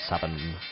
seven